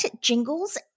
jingles